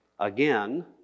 Again